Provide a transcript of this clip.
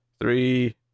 three